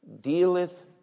dealeth